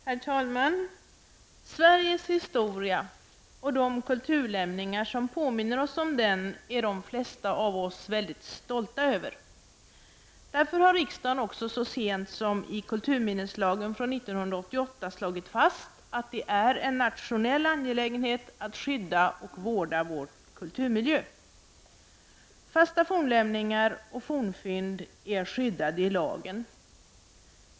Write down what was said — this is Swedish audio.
Herr talman! Sveriges historia och de kulturlämningar som påminner oss om den är de flesta av oss väldigt stolta över. Därför har också riksdagen så sent som i kulturminneslagen från 1988 slagit fast att det är en nationell angelägenhet att skydda och vårda vår kulturmiljö. Fasta fornlämningar och fornfynd är skyddade i lagen.